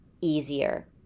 easier